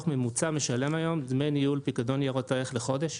ממוצע משלם היום דמי ניהול פיקדון ניירות ערך בחודש?